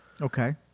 Okay